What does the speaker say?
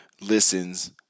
listens